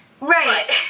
Right